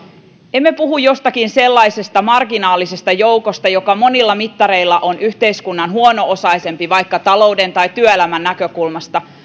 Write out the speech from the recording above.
emme puhu jostakin sellaisesta marginaalisesta joukosta joka monilla mittareilla on yhteiskunnan huono osaisempi vaikka talouden tai työelämän näkökulmasta